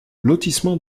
lotissement